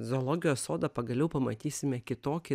zoologijos sodą pagaliau pamatysime kitokį